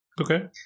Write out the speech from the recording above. Okay